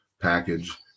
Package